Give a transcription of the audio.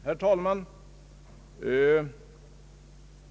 Herr talman!